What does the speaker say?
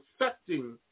affecting